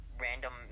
random